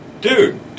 Dude